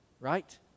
right